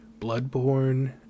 Bloodborne